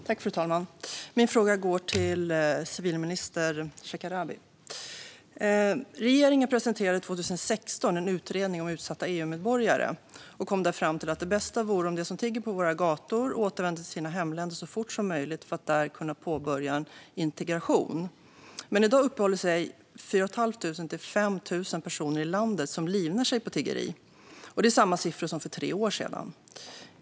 Fru talman! Min fråga går till civilminister Shekarabi. Regeringen presenterade 2016 en utredning om utsatta EU-medborgare som kom fram till att det bästa vore om de som tigger på våra gator återvänder till sina hemländer så fort som möjligt för att där kunna påbörja en integration. Men i dag uppehåller sig 4 500-5 000 personer i landet som livnär sig på tiggeri, och det är samma siffror som för tre år sedan.